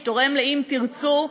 שתורם ל"אם תרצו",